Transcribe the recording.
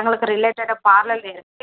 எங்களுக்கு ரிலேட்டடான பார்லர் இருக்குது